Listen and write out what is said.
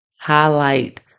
highlight